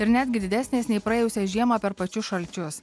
ir netgi didesnės nei praėjusią žiemą per pačius šalčius